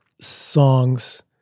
songs